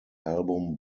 album